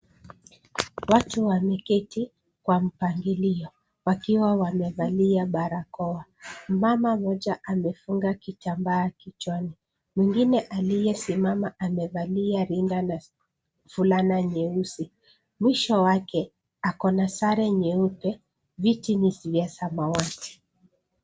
Watu wameketi kwa mpangilio wakiwa wamevalia barakoa. Mama mmoja amefunga kitambaa kichwani, mwingine aliyesimama amevalia rinda na fulana nyeusi. Mwisho wake ako na sare nyeupe viti ni vya mauaji.